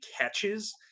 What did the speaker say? catches